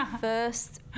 first